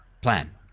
plan